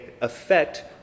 affect